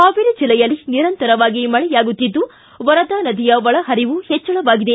ಹಾವೇರಿ ಜಿಲ್ಲೆಯಲ್ಲಿ ನಿರಂತರವಾಗಿ ಮಳೆಯಾಗುತ್ತಿದ್ದು ವರದಾ ನದಿಯ ಒಳ ಪರಿವು ಹೆಚ್ಚಳವಾಗಿದೆ